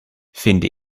finde